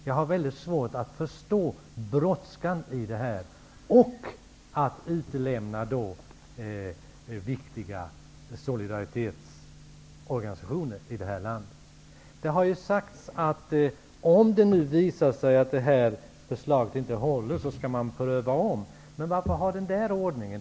Jag har mycket svårt att förstå brådskan i detta och att man utelämnar viktiga solidaritetsorganisationer i det här landet. Det har sagts att om förslaget inte håller skall man ompröva det. Men varför ha den ordningen?